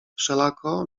wszelako